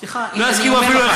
סליחה, אם אני אומר לך,